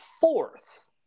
fourth